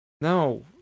No